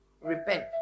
repent